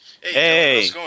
Hey